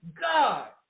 God